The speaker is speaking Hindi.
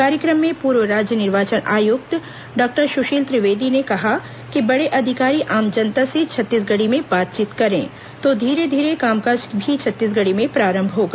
कार्यक्रम में पूर्व राज्य निर्वाचन आयुक्त डॉक्टर सुशील त्रिवेदी ने कहा कि बड़े अधिकारी आम जनता से छत्तीसगढ़ी में बातचीत करे तो धीरे धीरे काम काज भी छत्तीसगढी में प्रारंभ होगा